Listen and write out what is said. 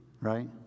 Right